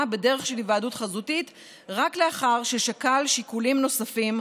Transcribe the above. בדרך של היוועדות חזותית רק לאחר ששקל שיקולים נוספים,